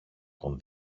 τον